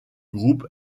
groupe